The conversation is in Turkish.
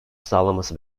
sağlaması